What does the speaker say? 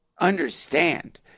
understand